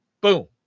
boom